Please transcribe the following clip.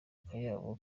akayabo